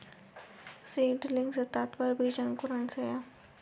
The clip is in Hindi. सीडलिंग से तात्पर्य बीज अंकुरण से है